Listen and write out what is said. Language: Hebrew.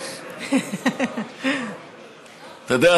אתה יודע,